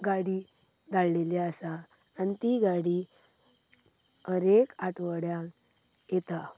गाडी धाडिल्ली आसा आनी ती गाडी हर एक आठवड्यांत येता